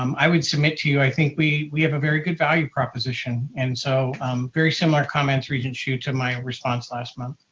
um i would submit to you, i think we we have a very good value proposition, and so very similar comments regent hsu to my response last month.